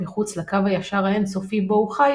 מחוץ לקו הישר האינסופי בו הוא חי,